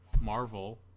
Marvel